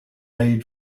made